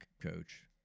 coach